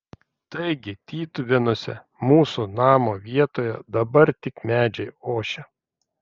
taigi tytuvėnuose mūsų namo vietoje dabar tik medžiai ošia